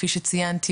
כפי שציינתי,